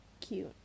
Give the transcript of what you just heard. Cute